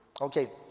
Okay